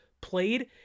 played